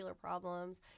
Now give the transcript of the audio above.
problems